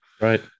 Right